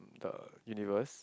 the universe